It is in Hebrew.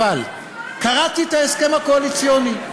אבל קראתי את ההסכם הקואליציוני,